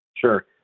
Sure